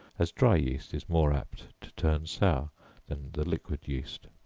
as dry yeast is more apt to turn sour than the liquid yeast.